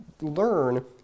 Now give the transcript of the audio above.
learn